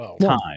time